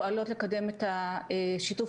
שבשעות שקו התמיכה לא פועל פועל שירות